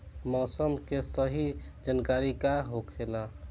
मौसम के सही जानकारी का होखेला?